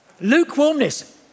Lukewarmness